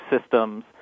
systems